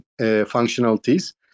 functionalities